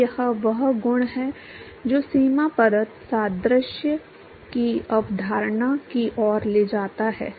तो यह वह गुण है जो सीमा परत सादृश्य की अवधारणा की ओर ले जाता है